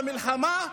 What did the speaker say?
במלחמה,